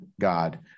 God